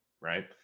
Right